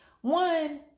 one